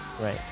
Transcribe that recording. Right